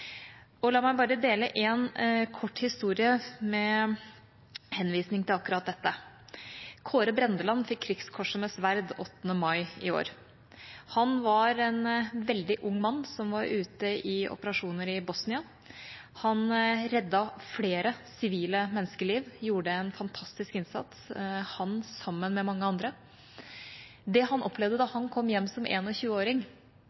Og la meg bare dele en kort historie med henvisning til akkurat dette: Kåre Brændeland fikk Krigskorset med sverd 8. mai i år. Han var en veldig ung mann som var ute i operasjoner i Bosnia. Han reddet flere sivile menneskeliv og gjorde en fantastisk innsats – han, sammen med mange andre. Det han opplevde da